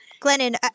Glennon